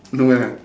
no ah